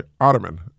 ottoman